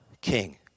king